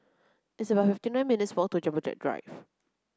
it's about fifty nine minutes walk to Jumbo Jet Drive